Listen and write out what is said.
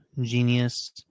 genius